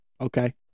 okay